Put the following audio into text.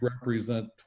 represent